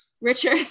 Richard